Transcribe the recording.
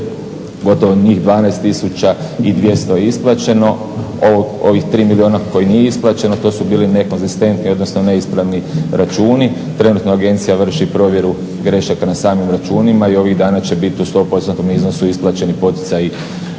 gotovo 12,200 je isplaćeno. Ovih 3 milijuna koje nije isplaćeno to su bili nekonzistentni odnosno neispravni računi. Trenutno agencija vrši provjeru grešaka na samim računima i ovih dana će biti u 100%-tnom iznosu isplaćeni poticaji